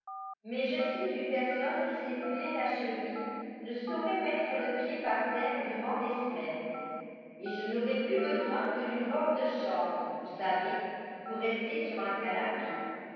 mais je sais qu'une personne qui s'est foulé la cheville ne saurait mettre le pied par terre durant des semaines et je n'aurai plus besoin que d'une robe de chambre vous savez pour rester sur un canapé